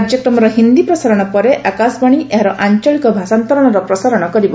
କାର୍ଯ୍ୟକ୍ରମର ହିନ୍ଦୀ ପ୍ରସାରଣ ପରେ ଆକାଶବାଣୀ ଏହାର ଆଂଚଳିକ ଭାଷାନ୍ତରଣର ପ୍ରସାରଣ କରିବ